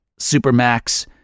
Supermax